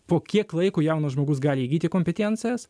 po kiek laiko jaunas žmogus gali įgyti kompetencijas